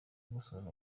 gusura